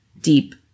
Deep